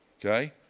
Okay